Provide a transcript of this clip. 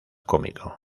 cómico